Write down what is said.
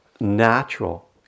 natural